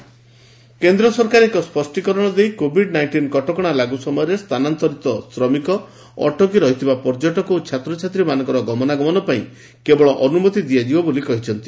centre lockdown କେନ୍ଦ୍ର ସରକାର ଏକ ସ୍ୱଷ୍ଟୀକରଣ ଦେଇ କେଭିଡ୍ ନାଇଷ୍ଟିନ୍ କଟକଣା ଲାଗୁ ସମୟରେ ସ୍ଥାନାନ୍ତରିତ ଶ୍ରମିକ ଅଟକି ରହିଥିବା ପର୍ଯ୍ୟଟକ ଓ ଛାତ୍ରଛାତ୍ରୀମାନଙ୍କର ଗମନାଗମନ ପାଇଁ କେବଳ ଅନୁମତି ଦିଆଯିବ ବୋଲି କହିଛନ୍ତି